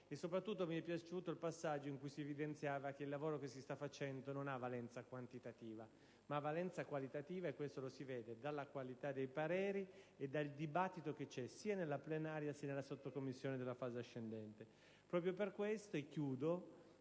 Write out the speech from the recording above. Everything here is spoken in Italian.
Soprattutto mi è piaciuto il passaggio in cui si evidenziava che il lavoro che si sta facendo non ha valenza quantitativa ma qualitativa, e questo lo si vede dalla qualità dei pareri e dal dibattito che c'è sia nella Commissione plenaria che nella Sottocommissione nella fase ascendente. Proprio per questo, e concludo,